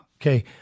Okay